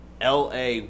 LA